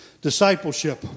discipleship